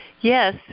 Yes